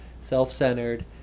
self-centered